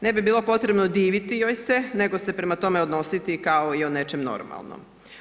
Ne bi bilo potrebno diviti joj se nego se prema tome odnositi kao i o nečem normalnom.